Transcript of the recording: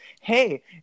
hey